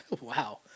wow